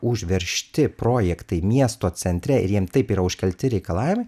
užveržti projektai miesto centre ir jam taip yra užkelti reikalavimai